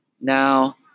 Now